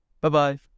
Bye-bye